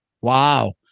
Wow